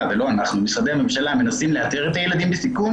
משרדי הממשלה מנסים לאתר את הילדים שנמצאים בסיכון